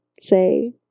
say